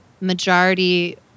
majority